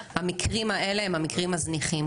המקרים האלה הם המקרים הזניחים.